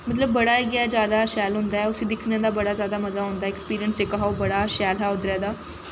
मतलब बड़ा गै जैदा शैल होंदा ऐ उस्सी दिक्खने दा बड़ा जैदा मजा औंदा ऐ अक्सपिरिंस जेह्का हा ओह् बड़ा शैल हा उद्धरै दा